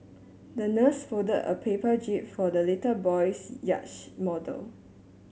the nurse folded a paper jib for the little boy's yacht model